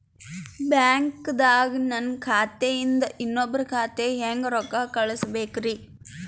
ಬ್ಯಾಂಕ್ದಾಗ ನನ್ ಖಾತೆ ಇಂದ ಇನ್ನೊಬ್ರ ಖಾತೆಗೆ ಹೆಂಗ್ ರೊಕ್ಕ ಕಳಸಬೇಕ್ರಿ?